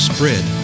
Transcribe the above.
Spread